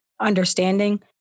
understanding